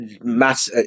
mass